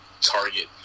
Target